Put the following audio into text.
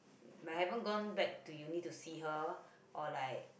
but I haven't gone back to uni to see her or like